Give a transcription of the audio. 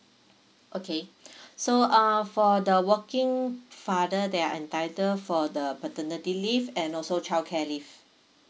okay so um for the working father they are entitle for the paternity leave and also childcare leave